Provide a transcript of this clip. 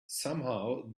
somehow